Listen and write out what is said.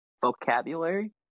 vocabulary